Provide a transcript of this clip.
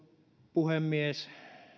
puhemies